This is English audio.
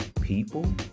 people